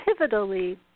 pivotally